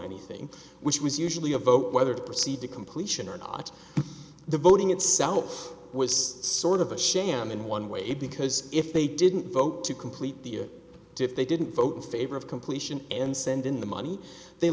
anything which was usually a vote whether to proceed to completion or not the voting itself was sort of a sham in one way because if they didn't vote to complete the diff they didn't vote favor of completion and send in the money they